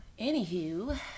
Anywho